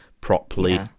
properly